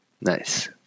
Nice